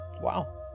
wow